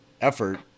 effort